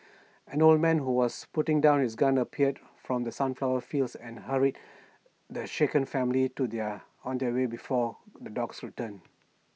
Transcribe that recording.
an old man who was putting down his gun appeared from the sunflower fields and hurried the shaken family to their on the way before the dogs return